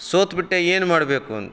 ಸೋತ್ಬಿಟ್ಟೆ ಏನು ಮಾಡಬೇಕು ಅಂದು